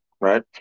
Right